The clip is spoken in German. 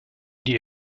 die